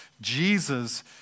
Jesus